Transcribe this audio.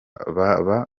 baba